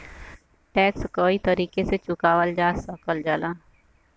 tax कई तरीके से चुकावल जा सकल जाला